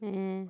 yeah